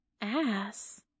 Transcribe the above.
Ass